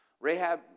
Rahab